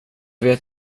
vet